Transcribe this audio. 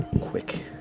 quick